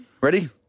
Ready